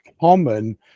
common